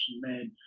made